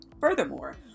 Furthermore